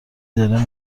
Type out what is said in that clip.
داره